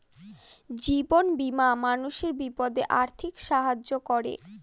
জীবন বীমা মানুষের বিপদে আর্থিক সাহায্য করে